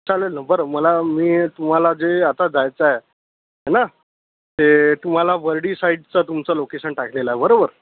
चालेल न बरं मला मी तुम्हाला जे आता जायचं आहे है न ते तुम्हाला बर्डी साइडचं तुमचं लोकेशन टाकलेलं आहे बरोबर